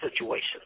situation